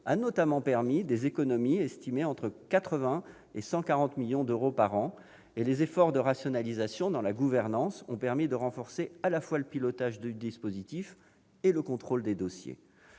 a notamment permis des économies estimées entre 80 millions et 140 millions d'euros par an, et les efforts de rationalisation dans la gouvernance ont renforcé, à la fois, le pilotage du dispositif et le contrôle des dossiers.